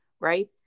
right